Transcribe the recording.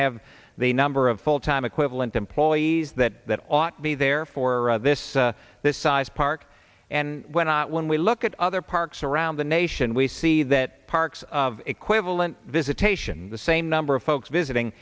have the number of full time equivalent employees that ought to be there for this this size park and when not when we look at other parks around the nation we see that parks equivalent visitation the same number of folks visiting